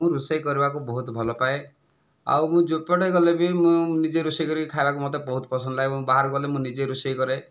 ମୁଁ ରୋଷେଇ କରିବାକୁ ବହୁତ ଭଲପାଏ ଆଉ ମୁଁ ଯେଉଁ ପଟେ ଗଲେ ବି ମୁଁ ନିଜେ ରୋଷେଇ କରି ଖାଇବାକୁ ମୋତେ ବହୁତ ପସନ୍ଦ ଲାଗେ ମୁଁ ବାହାରକୁ ଗଲେ ମୁଁ ନିଜେ ରୋଷେଇ କରେ